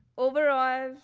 overall,